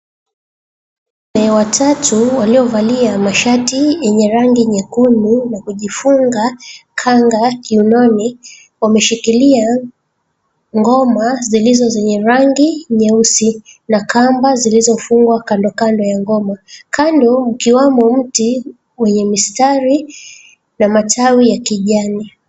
Wanaume watatu waliovalia mashati yenye rangi nyekundu na kujifunga kanga kiunoni wameshikilia ngoma zilizo zenye rangi nyeusi na kamba zilizofungwa kandokando ya ngoma. Kando, ikiwamo mti wenye mistari na matawi ya kijani.